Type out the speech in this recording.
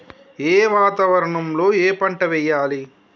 ఏ వాతావరణం లో ఏ పంట వెయ్యాలి?